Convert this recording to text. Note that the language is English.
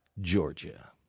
Georgia